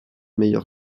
meilleur